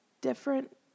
different